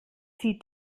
zieht